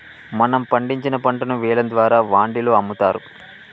మనం పండించిన పంటను వేలం ద్వారా వాండిలో అమ్ముతారు